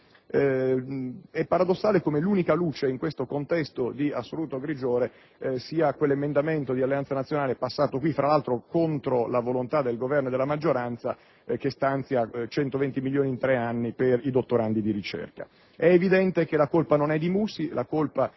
è paradossale come l'unica luce in questo contesto di assoluto grigiore sia quell'emendamento di Alleanza Nazionale approvato in Senato, fra l'altro contro la volontà del Governo e della maggioranza, che stanzia 120 milioni di euro in tre anni per le borse dei dottorandi di ricerca. È evidente che la colpa non è solo del